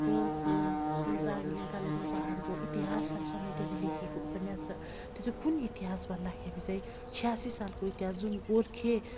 को दार्जिलिङ कालेबुङ पहाडको इतिहासलाई समेटेर लेखिएको उपन्यास र त्यो चाहिँ कुन इतिहास भन्दाखेरि चाहिँ छयासी सालको इतिहास जुन गोर्खेहरूको